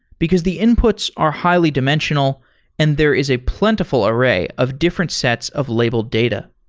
because the inputs are highly dimensional and there is a plentiful array of different sets of labeled data.